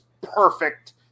perfect